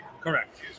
Correct